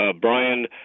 Brian